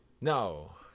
No